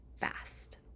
fast